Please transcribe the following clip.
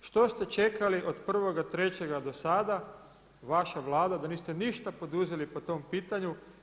što ste čekali od 1.3. do sada, vaša Vlada da niste ništa poduzeli po tom pitanju?